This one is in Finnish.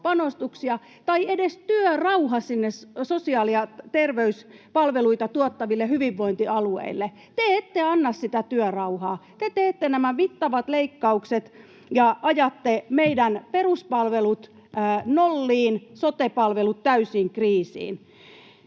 tai edes työrauha sinne sosiaali- ja terveyspalveluita tuottaville hyvinvointialueille. Te ette anna sitä työrauhaa. Te teette nämä mittavat leikkaukset ja ajatte meidän peruspalvelut nolliin, sote-palvelut täysin kriisiin.